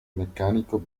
meccanico